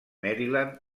maryland